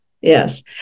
yes